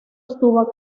estuvo